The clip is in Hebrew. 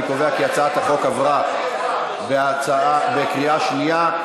אני קובע כי הצעת החוק עברה בקריאה שנייה.